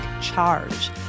charge